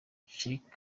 sheikh